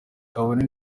kabone